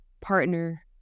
partner